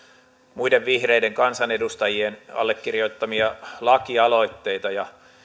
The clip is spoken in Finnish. muiden vihreiden kansanedustajien allekirjoittamia lakialoitteita ja